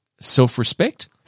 self-respect